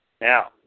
Now